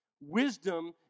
Wisdom